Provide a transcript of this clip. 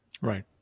Right